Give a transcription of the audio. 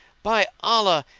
by allah!